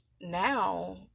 now